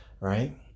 right